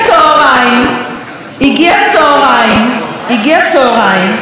צוהריים, ומשה אדרי,